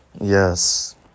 yes